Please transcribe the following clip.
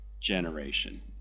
generation